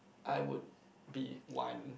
I would be one